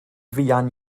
fuan